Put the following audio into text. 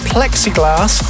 Plexiglass